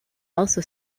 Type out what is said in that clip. also